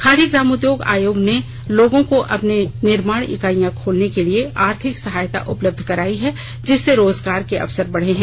खादी ग्रामोद्योग आयोग ने लोगों को अपनी निर्माण इकाइयां खोलने के लिए आर्थिक सहायता उपलब्ध कराई है जिससे रोजगार के अवसर बढ़े हैं